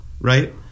Right